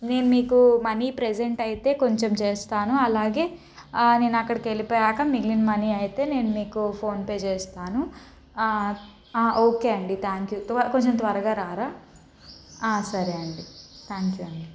నేను మీకు money present అయితే కొంచెం చేస్తాను అలాగే నేను అక్కడికి వెళ్ళిపోయాక మిగిలిన మనీ అయితే నేను నీకు ఫోన్పే చేస్తాను ఓకే అండి థ్యాంక్ యూ త్వ కొంచెం త్వరగా రారా సరే అండి థ్యాంక్ యూ అండి